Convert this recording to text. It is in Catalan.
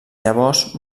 llavors